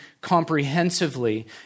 comprehensively